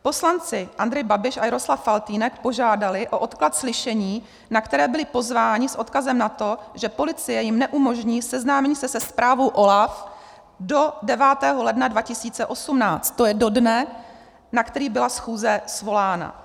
Poslanci Andrej Babiš a Jaroslav Faltýnek požádali o odklad slyšení, na které byli pozváni, s odkazem na to, že policie jim neumožní seznámení se se zprávou OLAF do 9. ledna 2018, to je do dne, na který byla schůze svolána.